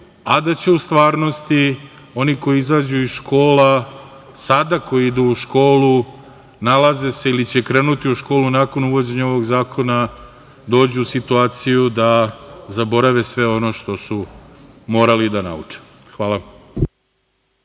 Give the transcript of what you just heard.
a da će u stvarnosti oni koji izađu iz škola, sada koji idu u školu, nalaze se ili će krenuti u školu nakon uvođenja ovog zakona, doći u situaciju da zaborave sve ono što su morali da nauče. Hvala.